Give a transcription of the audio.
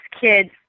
kids